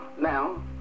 now